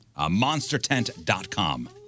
monstertent.com